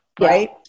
right